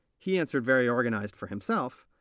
he answered very organized for himself,